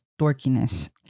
dorkiness